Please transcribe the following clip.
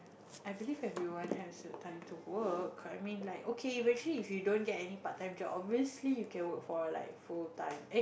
I believe everyone has a time to work I mean like okay eventually if you don't get any part time job obviously you can work for like full time eh